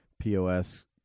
pos